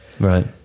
Right